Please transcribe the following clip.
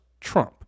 trump